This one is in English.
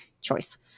choice